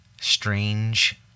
strange